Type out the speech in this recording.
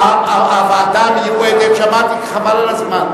45 בעד, אין מתנגדים, נמנע אחד.